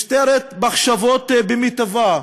משטרת מחשבות במיטבה,